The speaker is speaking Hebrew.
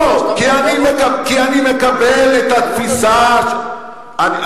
לא, כי אני מקבל את התפיסה ג'ומס,